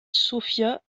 sophia